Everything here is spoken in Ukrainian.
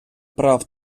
прав